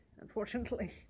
unfortunately